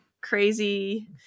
crazy